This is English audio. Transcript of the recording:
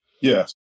Yes